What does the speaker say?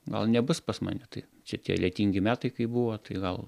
gal nebus pas mane tai čia tie lietingi metai kai buvo tai gal